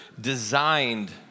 designed